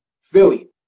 Philly